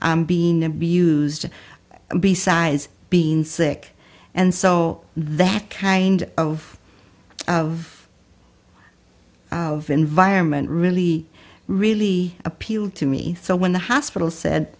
i'm being abused besides being sick and so that kind of of the environment really really appealed to me so when the hospital said